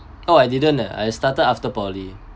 oh I didn't ah I started after poly